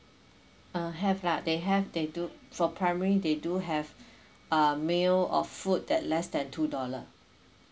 uh have lah they have they do for primary they do have uh meal or food that less that two dollar